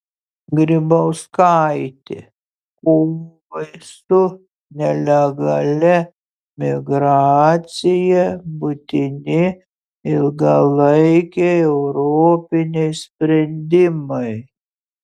grybauskaitė kovai su nelegalia migracija būtini ilgalaikiai europiniai sprendimai